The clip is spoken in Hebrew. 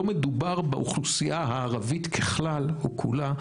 לא מדובר באוכלוסייה הערבית ככלל או כולה,